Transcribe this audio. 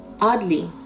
Oddly